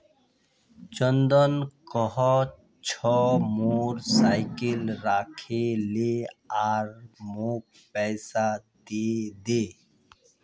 चंदन कह छ मोर साइकिल राखे ले आर मौक पैसा दे दे